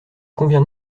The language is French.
convient